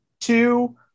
two